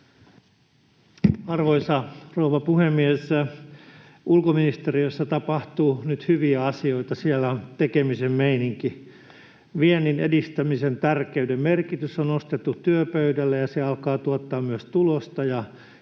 Arvoisa rouva puhemies! Ulkoministeriössä tapahtuu nyt hyviä asioita. Siellä on tekemisen meininki. Viennin edistämisen tärkeyden merkitys on nostettu työpöydälle. Se alkaa tuottaa myös tulosta,